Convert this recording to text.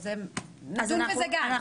נדון בזה גם.